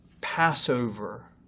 Passover